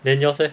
then yours leh